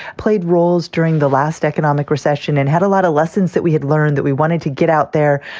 played roles during the last economic recession and had a lot of lessons that we had learned that we wanted to get out there.